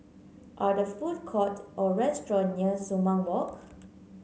are there food court or restaurant near Sumang Walk